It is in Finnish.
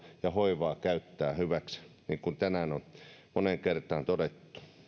ja hoivaa käyttää hyväksi niin kuin tänään on moneen kertaan todettu